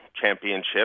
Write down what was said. championship